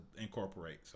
incorporate